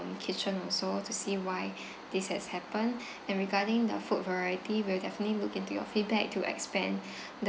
um kitchen also to see why this has happened and regarding the food variety we'll definitely look into your feedback to expand